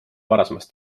varasemast